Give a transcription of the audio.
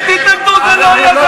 אם תתנגדו זה לא יהיה.